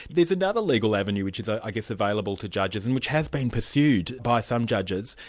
there's another legal avenue which is i guess available to judges and which has been pursued by some judges,